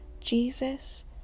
Jesus